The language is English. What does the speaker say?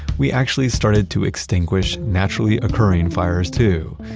we actually started to extinguish naturally-occurring fires too.